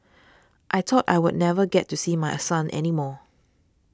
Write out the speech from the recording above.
I thought I would never get to see my son any more